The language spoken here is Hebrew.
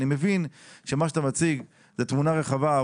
אני מבין שמה שאתה מציג זה תמונה רחבה.